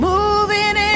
Moving